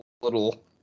little